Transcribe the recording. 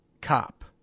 cop